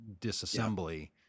disassembly